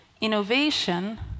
innovation